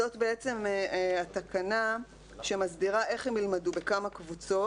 זאת התקנה שמסבירה איך הם ילמדו בכמה קבוצות.